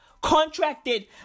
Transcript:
Contracted